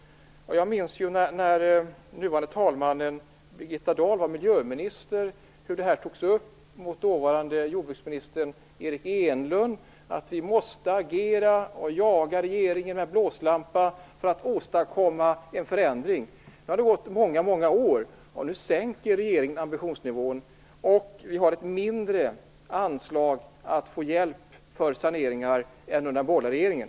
Jag minns när nuvarande talmannen Birgitta Dahl - hon har också varit miljöminister - tog upp detta med dåvarande jordbruksministern Eric Enlund och sade att vi måste agera och jaga regeringen med blåslampa för att åstadkomma en förändring. Det har gått många år sedan dess, och nu sänker regeringen ambitionsnivån. Anslaget för att få hjälp till saneringar är nu mindre än det var under den borgerliga regeringen.